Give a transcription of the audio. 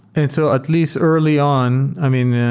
and so at least early on, i mean, yeah